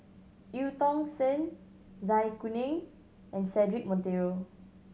Eu Tong Sen Zai Kuning and Cedric Monteiro